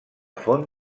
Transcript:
font